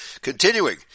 Continuing